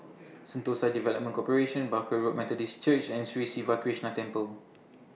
Sentosa Development Corporation Barker Road Methodist Church and Sri Siva Krishna Temple